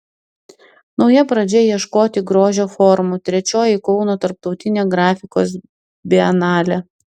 nauja pradžia ieškoti grožio formų trečioji kauno tarptautinė grafikos bienalė